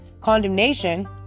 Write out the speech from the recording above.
Condemnation